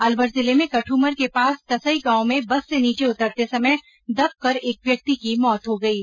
अलवर जिले में कदूमर के पास तसई गांव में बस से नीचे उतरते समय दब कर एक व्यक्ति की मौत हो गयी